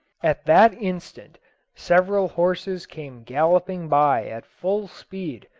at that instant several horses came galloping by at full speed,